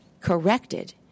corrected